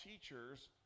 teachers